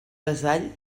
vassall